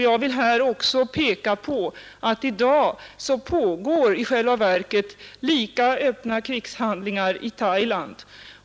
Jag vill här också peka på att det i dag i själva verket pågår lika öppna krigshandlingar i Thailand.